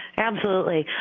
absolutely.